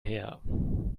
her